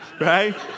Right